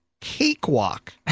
Cakewalk